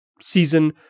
season